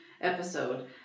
episode